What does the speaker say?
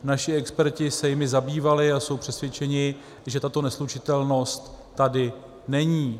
Naši experti se jimi zabývali a jsou přesvědčeni, že tato neslučitelnost tady není.